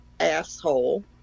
asshole